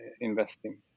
investing